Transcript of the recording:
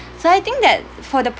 so I think that for the